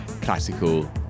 classical